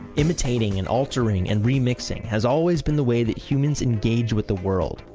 imitating and altering and remixing has always been the way that humans engage with the world.